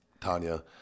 Tanya